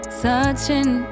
searching